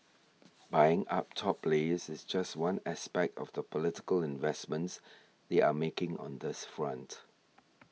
buying up top players is just one aspect of the political investments they are making on this front